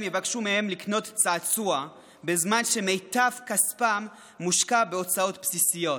יבקשו מהם לקנות צעצוע בזמן שמיטב כספם מושקע בהוצאות בסיסיות.